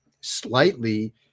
slightly